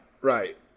right